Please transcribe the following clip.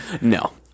No